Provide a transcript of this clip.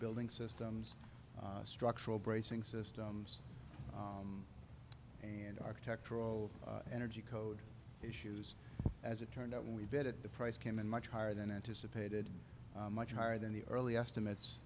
building systems structural bracing systems and architectural energy code issues as it turned out when we did it the price came in much higher than anticipated much higher than the early estimates